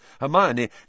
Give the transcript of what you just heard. Hermione